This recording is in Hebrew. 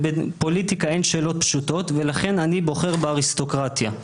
בפוליטיקה אין שאלות פשוטות ולכן אני בוחר באריסטוקרטיה.